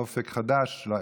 אופק חדש,